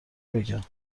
بگم